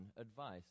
advice